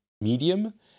medium